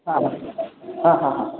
हां हां हां हां